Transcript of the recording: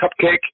cupcake